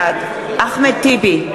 בעד אחמד טיבי,